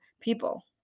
people